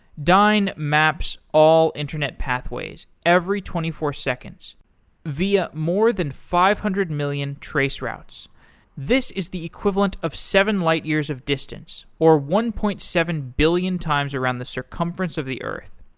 dyn maps all internet pathways every twenty four seconds via more than five hundred million traceroutes. this is the equivalent of seven light years of distance, or one point seven billion times around the circumference of the earth.